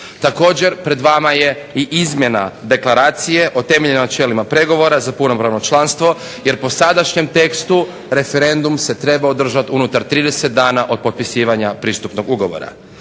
Također, pred vama je i izmjena Deklaracije o temeljnim načelima pregovora za punopravno članstvo jer po sadašnjem tekstu referendum se treba održat unutar 30 dana od potpisivanja pristupnog ugovora.